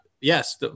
Yes